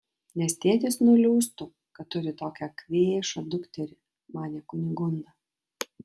nes tėtis nuliūstų kad turi tokią kvėšą dukterį manė kunigunda